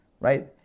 right